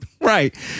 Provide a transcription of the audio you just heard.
Right